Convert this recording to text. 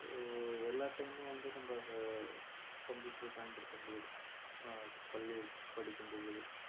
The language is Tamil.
எல்லா டைமும் வந்து நம்ம அதை கம்ப்யூட்டரை பயன்படுத்த முடியாது பள்ளி படிக்கும் பொழுது